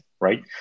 right